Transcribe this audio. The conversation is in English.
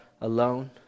alone